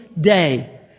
Day